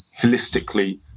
holistically